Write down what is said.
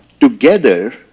Together